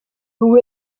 who